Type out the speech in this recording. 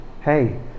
hey